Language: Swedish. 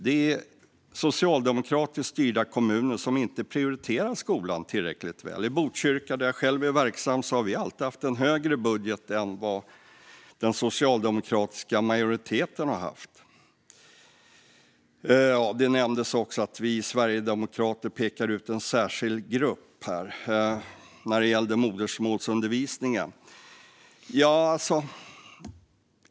Det är socialdemokratiskt styrda kommuner som inte prioriterar skolan tillräckligt väl. I Botkyrka, där jag är verksam, har vi alltid haft en högre budget än vad den socialdemokratiska majoriteten har haft. Det nämndes också att vi sverigedemokrater pekar ut en särskild grupp när det gäller modersmålsundervisningen.